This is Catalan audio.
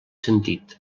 sentit